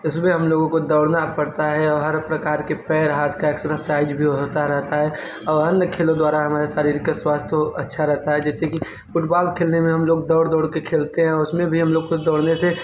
वैसे भी हम लोगों को दौड़ना पड़ता है और हर प्रकार के पैर हाथ का एक्सरसाइज़ भी होता रहता है और अन्य खेलों द्वारा हमारे शरीर का स्वास्थय अच्छा रहता है जैसे कि फुटबॉल खेलने में हम लोग दौड़ दौड़ कर खेलते हैं और उसमें भी हम लोगों को दौड़ने से